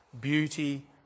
beauty